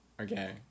Okay